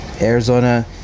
Arizona